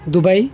Dubai